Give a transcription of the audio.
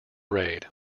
raid